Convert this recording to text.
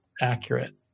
accurate